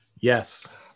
yes